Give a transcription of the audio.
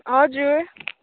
हजुर